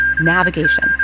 navigation